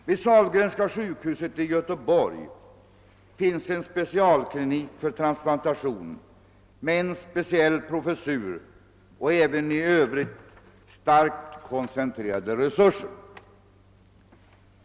Vid Sahlgrenska sjukhuset i Göteborg finns en specialklinik för transplantationer med en speciell professur och även i Övrigt starkt koncentrerade resurser.